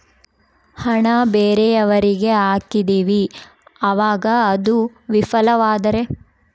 ಹಣ ಬೇರೆಯವರಿಗೆ ಹಾಕಿದಿವಿ ಅವಾಗ ಅದು ವಿಫಲವಾದರೆ?